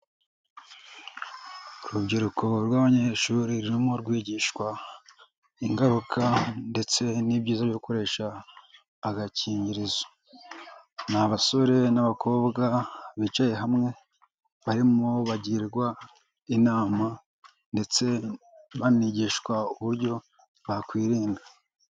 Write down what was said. Urubyiruko rw'abanyeshuri rurimo rwigishwa ingaruka ndetse n'ibyiza byo gukoresha agakingirizo. Ni abasore n'abakobwa bicaye hamwe, barimo bagirwa inama ndetse banigishwa uburyo bakwirinda.